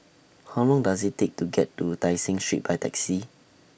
How Long Does IT Take to get to Tai Seng Street By Taxi